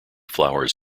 flowers